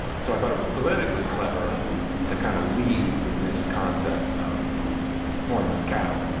so i thought it was politically clever to kind of lead with this concept of the hornless cattle.